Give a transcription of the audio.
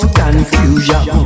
confusion